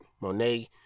Monet